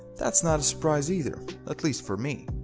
that's not a surprise either, at least for me,